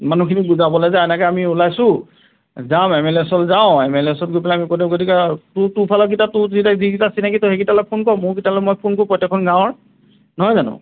মানুহখিনিক বুজাবলৈ যে এনেকৈ আমি ওলাইছোঁ যাম এম এল এৰ ওচৰলৈ যাওঁ এম এল এৰ ওচৰত গৈ পেলাই কৈ দিও গতিকে তোৰ ফালৰকিটাক যেতিয়া যি কেইটা চিনাকি তই সেইকেইটালৈ ফোন কৰ মোৰ কেইটালৈ মই ফোন কৰোঁ প্ৰত্যেকখন গাঁৱৰ নহয় জানো